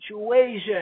situation